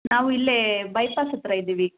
ನಾವು ಇಲ್ಲೇ ಬೈಪಾಸ್ ಹತ್ತಿರ ಇದ್ದೀವಿ